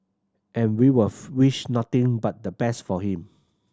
and we was wish nothing but the best for him